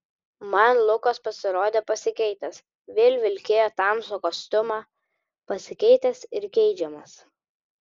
man lukas pasirodė pasikeitęs vėl vilkėjo tamsų kostiumą pasikeitęs ir geidžiamas